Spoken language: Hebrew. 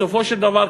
בסופו של דבר,